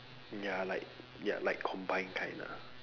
ya like ya like combine kind ah